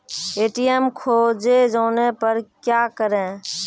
ATM खोजे जाने पर क्या करें?